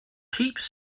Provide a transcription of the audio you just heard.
keeps